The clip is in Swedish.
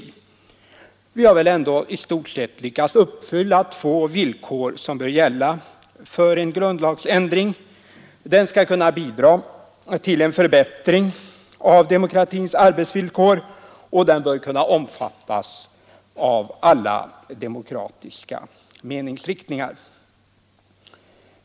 Vi har väl i stort sett lyckats uppfylla två villkor, som bör gälla för en grundlagsändring: Den skall kunna bidra till en förbättring av demokratins arbetsvillkor, och den bör kunna omfattas av alla demokratiska meningsriktningar.